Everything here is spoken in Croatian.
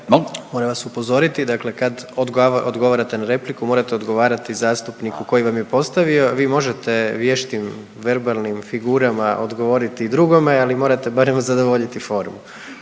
Moram vas upozoriti, dakle kad odgovarate na repliku morate odgovarati zastupniku koji vam je postavio, vi možete vještim verbalnim figurama odgovoriti drugome, ali morate barem zadovoljiti formu,